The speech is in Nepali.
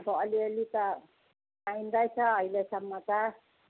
अब अलिअलि त पाइँदैछ अहिलेसम्म त